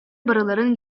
барыларын